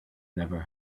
never